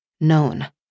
Known